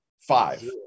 Five